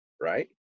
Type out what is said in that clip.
right